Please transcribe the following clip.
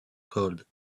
cold